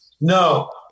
no